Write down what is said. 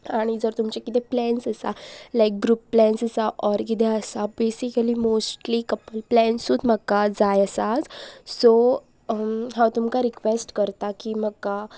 आनी जर तुमचे कितें प्लेन्स आसा लायक ग्रूप प्लेन्स आसा ऑर कितेें आसा बेसिकली मोस्टली कपल प्लेन्सूच म्हाका जाय आस सो हांव तुमकां रिक्वेस्ट करता की म्हाका